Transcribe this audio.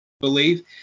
believe